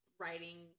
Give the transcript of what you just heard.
writing